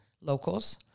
locals